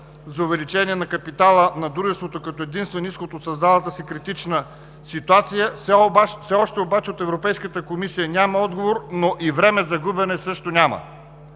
за увеличение на капитала на дружеството като единствен изход от създалата се критична ситуация. Все още обаче от Европейската комисия няма отговор, но и време за губене също няма.